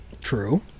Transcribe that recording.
True